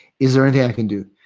is there anything i can do?